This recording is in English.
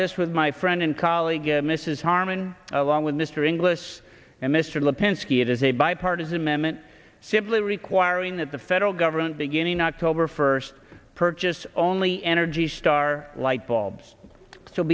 this with my friend and colleague mrs harman along with mr inglis and mr lipinski it is a bipartisan memet simply requiring that the federal government beginning october first purchase only energy star light bulbs